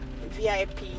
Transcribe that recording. VIP